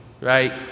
right